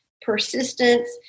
persistence